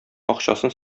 акчасын